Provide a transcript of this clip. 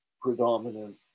predominant